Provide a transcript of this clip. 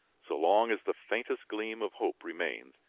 so long as the faintest gleam of hope remains,